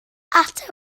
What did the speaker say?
ateb